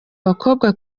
abakobwa